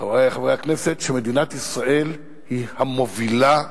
חברי חברי הכנסת, שמדינת ישראל היא המובילה בעולם.